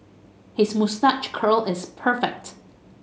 his moustache curl is perfect